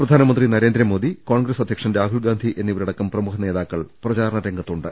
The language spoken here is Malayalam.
പ്രധാനമന്ത്രി നരേന്ദ്രമോദി കോൺഗ്രസ് അധ്യക്ഷൻ രാഹുൽഗാന്ധി എന്നിവരടക്കം പ്രമുഖ നേതാക്കൾ പ്രചാരണരംഗത്തുണ്ട്